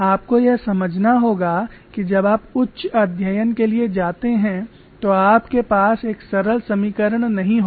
आपको यह समझना होगा कि जब आप उच्च अध्ययन के लिए जाते हैं तो आपके पास एक सरल समीकरण नहीं होगा